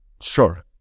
Sure